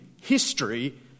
history